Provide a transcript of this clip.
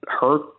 hurt